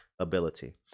ability